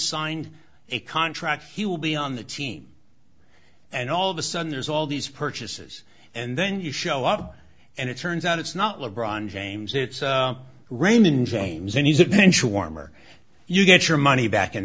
signed a contract he will be on the team and all of a sudden there's all these purchases and then you show up and it turns out it's not le bron james it's raymond james and he's a bench warmer you get your money back in